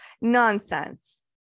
Nonsense